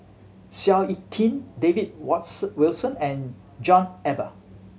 Seow Yit Kin David Wilson and John Eber